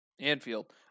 Anfield